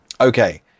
Okay